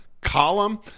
Column